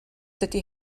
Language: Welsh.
dydy